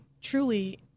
truly